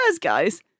guys